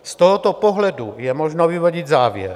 Z tohoto pohledu je možno vyvodit závěr.